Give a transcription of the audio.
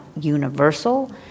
universal